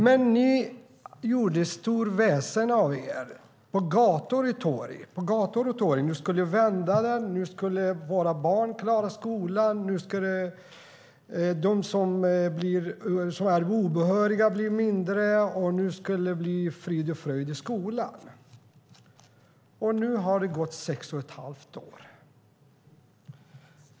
Men ni gjorde stort väsen av er på gator och torg. Ni skulle vända utvecklingen i skolan. Nu skulle våra barn klara skolan. Nu skulle de som är obehöriga bli färre, och nu skulle det bli frid och fröjd i skolan. Nu har det gått sex och ett halvt år.